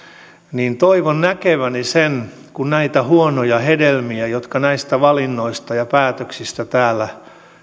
niin toivon näkeväni sen kun korjataan näitä huonoja hedelmiä joita näistä valinnoista ja päätöksistä täällä